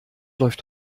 läuft